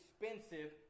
expensive